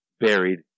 buried